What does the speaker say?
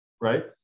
right